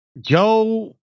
Joe